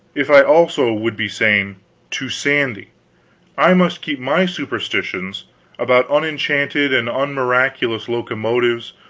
if i also would be sane to sandy i must keep my superstitions about unenchanted and unmiraculous locomotives,